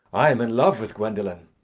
i am in love with gwendolen.